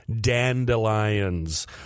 dandelions